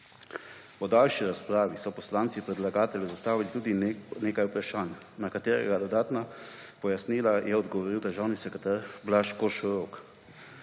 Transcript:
Po daljši razpravi so poslanci predlagatelju zastavili tudi nekaj vprašanj, na katera je dodatna pojasnila podal državni sekretar Blaž Košorok.